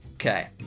Okay